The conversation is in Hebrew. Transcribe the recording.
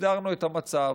הסדרנו את המצב.